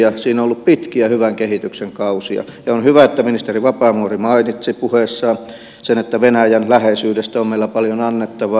siinä on ollut pitkiä hyvän kehityksen kausia ja on hyvä että ministeri vapaavuori mainitsi puheessaan sen että venäjän läheisyydestä on meillä paljon annettavaa